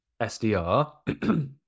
SDR